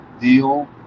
deal